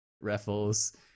raffles